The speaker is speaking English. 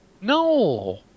No